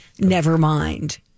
Nevermind